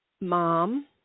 mom